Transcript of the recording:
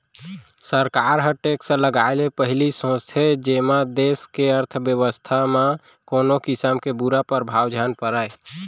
सरकार ह टेक्स लगाए ले पहिली सोचथे जेमा देस के अर्थबेवस्था म कोनो किसम के बुरा परभाव झन परय